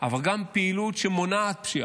אבל גם פעילות שמונעת פשיעה,